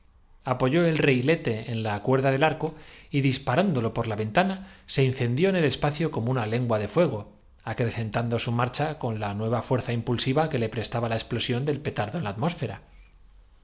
apoyó el rehilete en la cuerda del arco y disparándolo por la ventana se incendió en el espacio mos que se nos conduzca para disponer los trajes de como una lengua de fuego acrecentando su marcha ceremonia nos ponemos en movimiento y que nos con la nueva fuerza impulsiva que le prestaba la ex echen galgos las muchachas asintieron á la plosión del petardo en la atmósfera